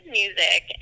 music